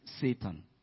Satan